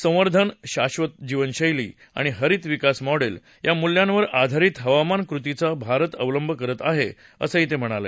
संवर्धन शाश्वात जीवन शैली आणि हरित विकास मॉडेल या मूल्यांवर आधारित हवामान कृतीचा भारत अवलंब करत आहे असं ते म्हणाले